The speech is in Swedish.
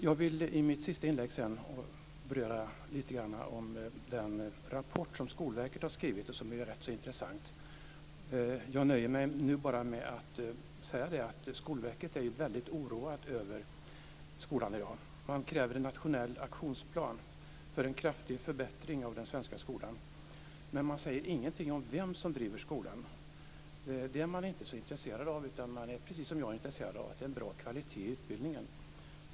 Jag vill i mitt sista inlägg beröra lite av den rapport som Skolverket har skrivit och som är rätt intressant. Jag nöjer mig nu bara med att säga att Skolverket är väldigt oroat över skolan i dag. Man kräver en nationell aktionsplan för en kraftig förbättring av den svenska skolan. Men man säger ingenting om vem som driver skolan. Det är man inte så intresserad av, utan man är, som jag, intresserad av att det är en bra kvalitet i utbildningen.